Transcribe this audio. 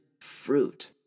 fruit